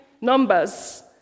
numbers